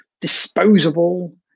disposable